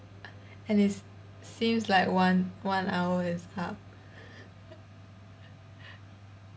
and it's seems like one one hour is up